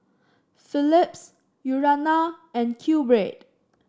Philips Urana and QBread